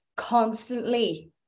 Constantly